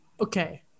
Okay